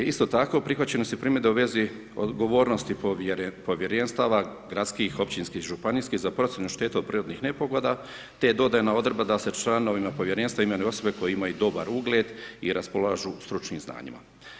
Isto tako prihvaćene su primjedbe u vezi odgovornosti povjerenstava gradskih, općih i županijskih za procjenu šteta od prirodnih nepogoda te je dodana odredba da se članovima povjerenstva imenuju osobe koje imaju dobar ugled i raspolažu stručnim znanjima.